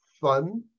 fun